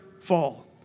fall